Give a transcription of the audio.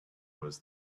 was